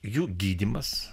jų gydymas